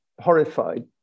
horrified